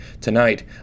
Tonight